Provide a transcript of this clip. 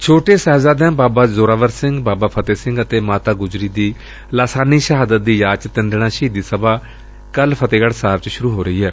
ਛੋਟੇ ਸਾਹਿਬਜ਼ਾਦਿਆਂ ਬਾਬਾ ਜ਼ੋਰਾਵਰ ਸਿੰਘ ਬਾਬਾ ਫਤਹਿ ਸਿੰਘ ਅਤੇ ਮਾਤਾ ਗੁਜਰੀ ਦੀ ਲਾਸਾਨੀ ਸ਼ਹਾਦਤ ਦੀ ਯਾਦ ਚ ਤਿੰਨ ਦਿਨਾਂ ਸ਼ਹੀਦੀ ਸਭਾ ਕੱਲ੍ਹ ਫਤਹਿਗੜ੍ ਸਾਹਿਬ ਚ ਸ਼ੁਰੂ ਹੋ ਰਹੀ ਏ